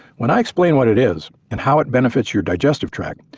when i explain what it is and how it benefits your digestive tract,